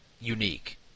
unique